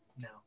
No